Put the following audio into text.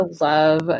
love